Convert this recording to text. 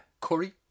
Curry